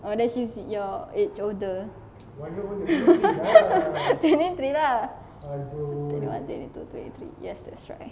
oh then she's your age older older twenty three lah twenty one twenty two twenty three yes that's right